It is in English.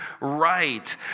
right